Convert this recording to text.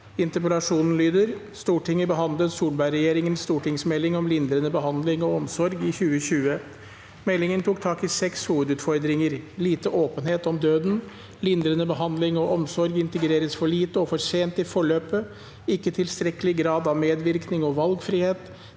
og omsorgsministeren: «Stortinget behandlet Solberg-regjeringens stortingsmelding om lindrende behandling og omsorg i 2020. Meldingen tok tak i seks hovedutfordringer; lite åpenhet om døden, lindrende behandling og omsorg integreres for lite og for sent i forløpet, ikke tilstrekkelig grad av medvirkning og valgfrihet,